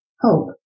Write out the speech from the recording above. Hope